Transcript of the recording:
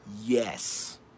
Yes